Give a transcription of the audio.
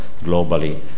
globally